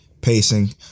pacing